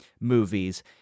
movies